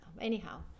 Anyhow